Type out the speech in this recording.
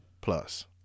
Plus